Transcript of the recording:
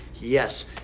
yes